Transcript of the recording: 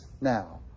now